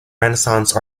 renaissance